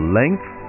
length